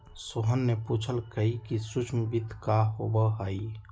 सोहन ने पूछल कई कि सूक्ष्म वित्त का होबा हई?